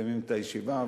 מסיימים את הישיבה,